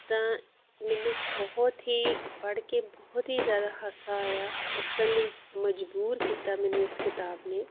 ਤਾਂ ਮੈਨੂੰ ਬਹੁਤ ਹੀ ਪੜ੍ਹ ਕੇ ਬਹੁਤ ਹੀ ਜ਼ਿਆਦਾ ਹਾਸਾ ਆਇਆ ਹੱਸਣ ਲਈ ਮਜ਼ਬੂਰ ਕੀਤਾ ਮੈਨੂੰ ਇਸ ਕਿਤਾਬ ਨੇ